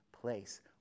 place